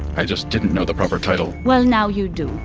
i just didn't know the proper title well, now you do.